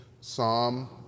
Psalm